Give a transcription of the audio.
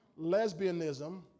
lesbianism